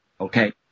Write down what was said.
okay